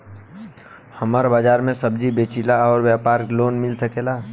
हमर बाजार मे सब्जी बेचिला और व्यापार लोन मिल सकेला?